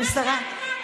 אם אני שרה בממשלה,